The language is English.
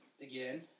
again